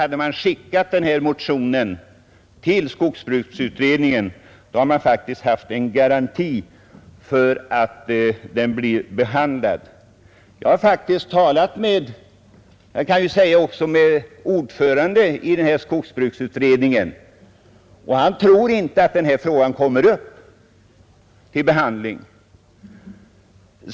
Hade man skickat över den här motionen till skogsbruksutredningen hade vi faktiskt haft en garanti för att den skulle bli behandlad där. Jag har talat med ordföranden i skogsbruksutredningen, och han tror inte att frågan kommer upp till behandling i utredningen.